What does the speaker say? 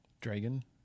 Dragon